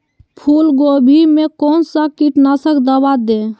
फूलगोभी में कौन सा कीटनाशक दवा दे?